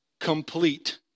Complete